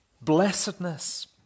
blessedness